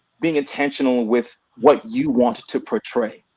being intentional with what you wanted to portray.